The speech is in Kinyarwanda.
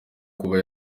kuba